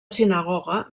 sinagoga